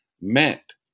met